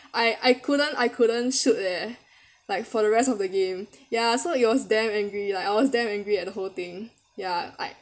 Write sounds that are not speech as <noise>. I I couldn't I couldn't shoot leh <breath> like for the rest of the game ya so it was damn angry like I was damn angry at the whole thing ya like